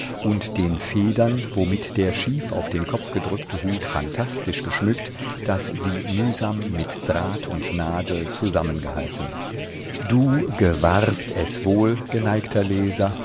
und den federn womit der schief auf den kopf gedrückte hut phantastisch geschmückt daß sie mühsam mit draht und nadel zusammengehalten du gewahrst es wohl geneigter leser